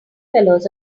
fellows